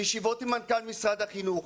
בישיבות עם מנכ"ל משרד החינוך,